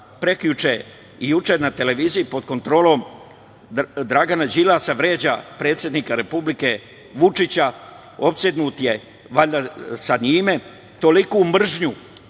prekjuče i juče na televiziji pod kontrolom Dragana Đilasa, vređa predsednika Republike Vučića. Opsednut je valjda sa njime, toliku mržnju